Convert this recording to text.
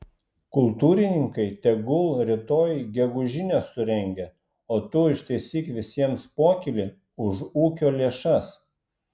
kultūrininkai tegul rytoj gegužinę surengia o tu ištaisyk visiems pokylį už ūkio lėšas